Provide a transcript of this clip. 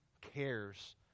cares